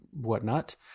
whatnot